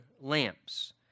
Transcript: lamps